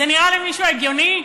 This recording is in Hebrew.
זה נראה למישהו הגיוני?